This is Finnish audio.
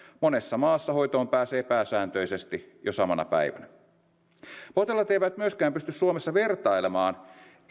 monessa maassa hoitoon pääsee pääsääntöisesti jo samana päivänä potilaat eivät myöskään pysty suomessa vertailemaan